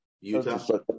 Utah